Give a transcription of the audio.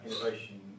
innovation